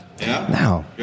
Now